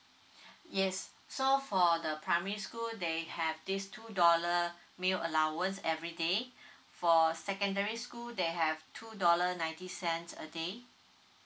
yes so for the primary school they have this two dollar meal allowance everyday for secondary school they have two dollar ninety cents a day